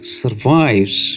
survives